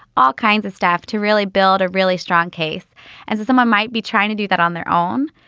all kinds of staff to really build a really strong case as if someone might be trying to do that on their own,